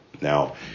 Now